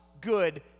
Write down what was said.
good